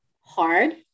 hard